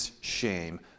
shame